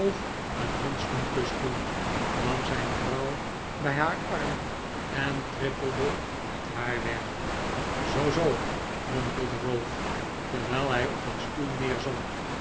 een handschoenkus toe nam zijn vrouw bij haar arm en trippelde met haar weg zoo zoo mompelde ralph terwijl hij op een stoel